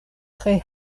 tre